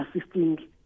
assisting